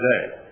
today